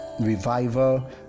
revival